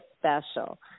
special